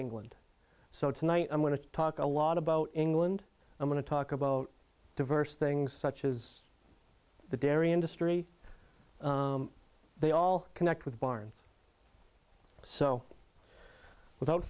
england so tonight i'm going to talk a lot about england i'm going to talk about diverse things such as the dairy industry they all connect with barns so without